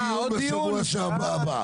יש דיון בשבוע הבא.